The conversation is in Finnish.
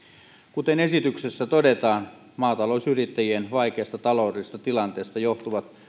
kuten esityksessä todetaan maatalousyrittäjien vaikeasta taloudellisesta tilanteesta johtuvat